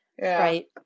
Right